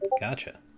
gotcha